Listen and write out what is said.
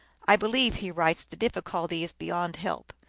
i believe, he writes, the difficulty is beyond help.